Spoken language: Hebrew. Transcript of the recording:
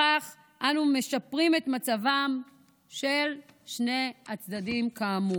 בכך אנו משפרים את מצבם של שני הצדדים, כאמור.